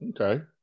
Okay